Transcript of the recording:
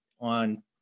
on